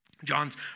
John's